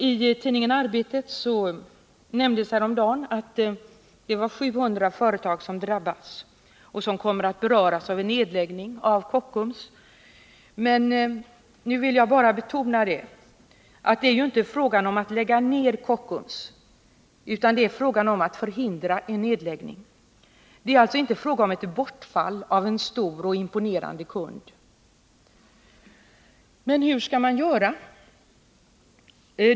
I tidningen Arbetet nämndes häromdagen att det är 700 företag som kommer att beröras av en nedläggning av Kockums. Nu är det ju inte fråga om att lägga ned Kockums utan det är fråga om att förhindra en nedläggning. Det är alltså inte fråga om bortfall av en stor och imponerande kund. Men hur skall man göra?